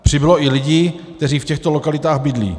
Přibylo i lidí, kteří v těchto lokalitách bydlí.